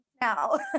now